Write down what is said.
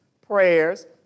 prayers